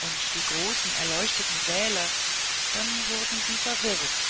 und die großen erleuchteten säle dann wurden sie verwirrt